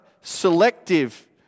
selective